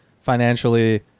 financially